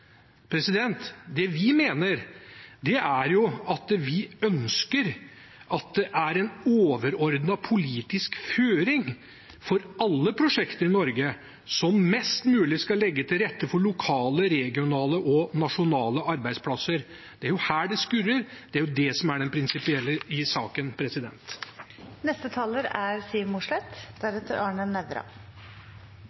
Det vi ønsker, er at det er en overordnet politisk føring for alle prosjekter i Norge som mest mulig skal legge til rette for lokale, regionale og nasjonale arbeidsplasser. Det er jo her det skurrer. Det er det som er det prinsipielle i saken. Jeg får starte der representanten Fasteraune avsluttet, for han nevnte dette med helhetlig konkurransestrategi fra det offentlige, og det er